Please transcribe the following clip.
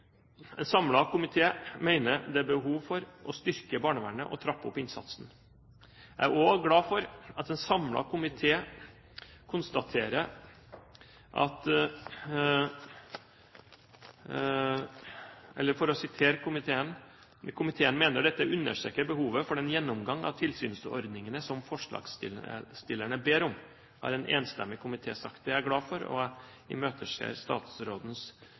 En samlet komité mener det er behov for å styrke barnevernet og trappe opp innsatsen. Jeg er også glad for at en samlet komité konstaterer følgende: «Komiteen mener dette understreker behovet for den gjennomgang av tilsynsordningene som forslagsstillerne ber om.» Dette har altså en enstemmig komité sagt. Det er jeg glad for, og jeg imøteser statsrådens